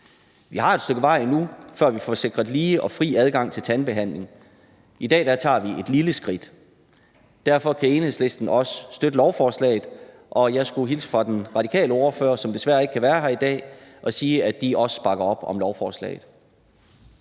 Vi har et stykke vej endnu, før vi får sikret lige og fri adgang til tandbehandling. I dag tager vi et lille skridt. Derfor kan Enhedslisten også støtte lovforslaget, og jeg skulle hilse fra den radikale ordfører, som desværre ikke kan være her i dag, og sige, at de også bakker op om lovforslaget.